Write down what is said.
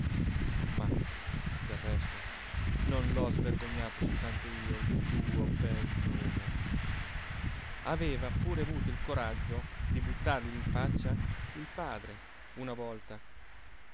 ma del resto non l'ho svergognato soltanto io il tuo bel nome aveva pure avuto il coraggio di buttargli in faccia il padre una volta